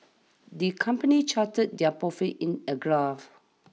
the company charted their profits in a graph